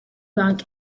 rank